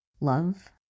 Love